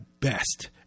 best